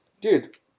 Dude